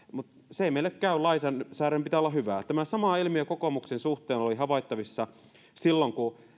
se ei meille käy lainsäädännön pitää olla hyvää tämä sama ilmiö kokoomuksen suhteen oli havaittavissa silloin kun